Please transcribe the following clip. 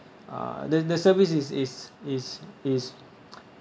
uh the service is is is is